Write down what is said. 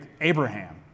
Abraham